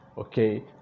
Okay